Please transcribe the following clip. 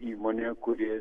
įmonė kuri